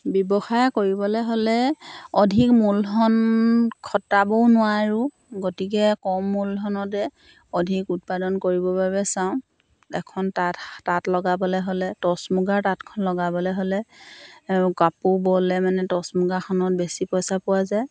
ব্যৱসায় কৰিবলৈ হ'লে অধিক মূলধন খটাবও নোৱাৰোঁ গতিকে কম মূলধনতে অধিক উৎপাদন কৰিবৰ বাবে চাওঁ এখন তাঁত তাঁত লগাবলৈ হ'লে টচ মুগাৰ তাঁতখন লগাবলৈ হ'লে কাপোৰ ব'লে মানে টচ মুগাখনত বেছি পইচা পোৱা যায়